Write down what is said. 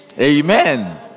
Amen